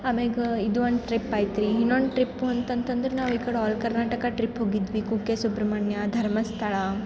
ಆಮೇಗೆ ಇದು ಒಂದು ಟ್ರಿಪ್ ಐತ್ರಿ ಇನ್ನೊಂದು ಟ್ರಿಪ್ಪು ಅಂತಂತಂದ್ರೆ ನಾವು ಈ ಕಡೆ ಆಲ್ ಕರ್ನಾಟಕ ಟ್ರಿಪ್ ಹೋಗಿದ್ವಿ ಕುಕ್ಕೆ ಸುಬ್ರಹ್ಮಣ್ಯ ಧರ್ಮಸ್ಥಳ